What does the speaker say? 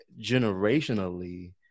generationally